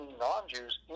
non-Jews